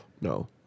No